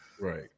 Right